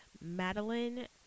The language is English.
Madeline